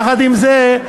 יחד עם זה,